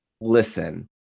listen